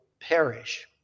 perish